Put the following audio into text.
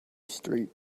street